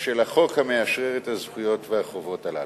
של החוק המאשרר את הזכויות והחובות האלה.